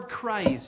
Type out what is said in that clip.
Christ